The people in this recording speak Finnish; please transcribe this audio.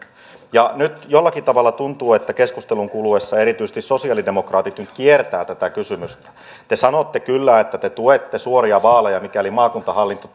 nyt jollakin tavalla tuntuu että keskustelun kuluessa erityisesti sosialidemokraatit nyt kiertävät tätä kysymystä te sanotte kyllä että te tuette suoria vaaleja mikäli maakuntahallinto